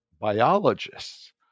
biologists